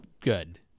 good